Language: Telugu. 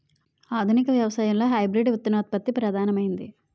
ఆధునిక వ్యవసాయంలో హైబ్రిడ్ విత్తనోత్పత్తి ప్రధానమైనది